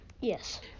Yes